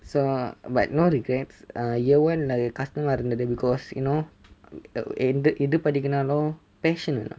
so but no regrets err year one இலெ கஷ்டமா இருந்தது:ile kashtama irunthathu because you know எது படிக்கணும்னாலும்:yethu padikkanumnaalum passion வேணும்:venum